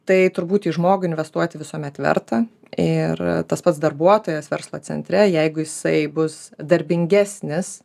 tai turbūt į žmogų investuoti visuomet verta ir tas pats darbuotojas verslo centre jeigu jisai bus darbingesnis